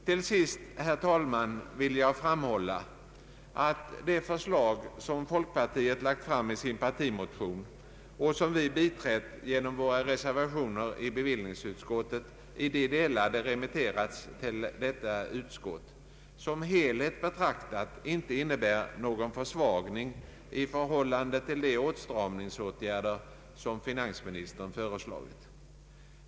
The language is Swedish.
Till sist, herr talman, vill jag framhålla att det förslag som folkpartiet lagt fram i sin partimotion och som vi biträtt genom reservationer i bevillningsutskottet i de delar det remitterats till detta utskott som helhet betraktat inte innebär någon försvagning i förhållande till de åtstramningsåtgärder som finansministern föreslagit.